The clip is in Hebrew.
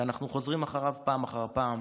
שאנחנו חוזרים עליו פעם אחר פעם,